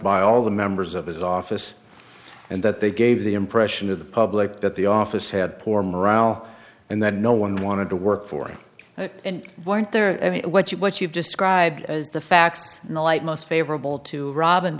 by all the members of his office and that they gave the impression to the public that the office had poor morale and that no one wanted to work for it and weren't there i mean what you what you've described as the facts in the light most favorable to robin